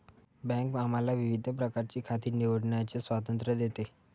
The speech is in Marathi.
बँक आम्हाला विविध प्रकारची खाती निवडण्याचे स्वातंत्र्य देते